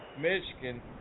Michigan